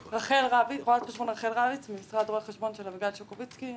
רו"ח רחל רביץ ממשרד רואי חשבון של אביגיל שקובצקי,